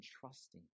trusting